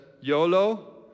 YOLO